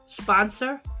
sponsor